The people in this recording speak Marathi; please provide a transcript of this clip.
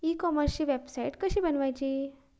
ई कॉमर्सची वेबसाईट कशी बनवची?